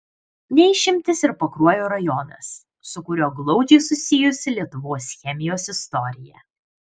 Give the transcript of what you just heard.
ne išimtis ir pakruojo rajonas su kuriuo glaudžiai susijusi lietuvos chemijos istorija